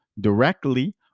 directly